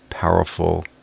powerful